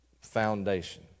foundation